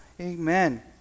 Amen